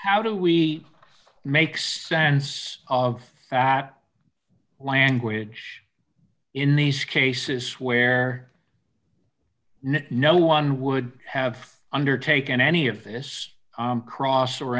how do we make sense of that language in these cases where no one would have undertaken any of this cross or